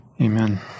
amen